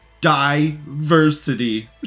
Diversity